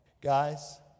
Guys